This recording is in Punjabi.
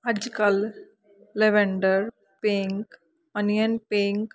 ਅੱਜ ਕੱਲ੍ਹ ਲਵੈਂਡਰ ਪਿੰਕ ਅਨੀਅਨ ਪਿੰਕ